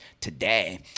today